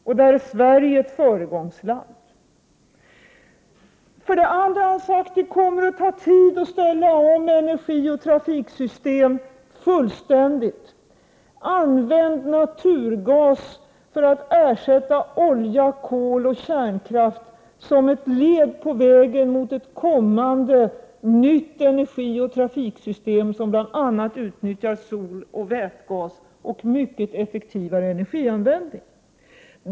Sverige är ett föregångsland på det området. Vidare har han sagt att det kommer att ta tid att fullständigt ställa om energioch trafiksystemen. Använd naturgas för att ersätta olja, kol och kärnkraft som ett led på vägen mot ett kommande nytt energioch trafiksystem som bl.a. utnyttjar sol och vätgas och mycket effektivare energianvändning!